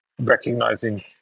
recognizing